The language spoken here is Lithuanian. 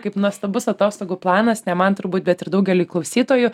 kaip nuostabus atostogų planas ne man turbūt bet ir daugeliui klausytojų